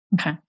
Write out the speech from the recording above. Okay